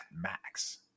max